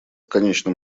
конечном